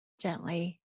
gently